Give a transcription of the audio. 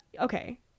okay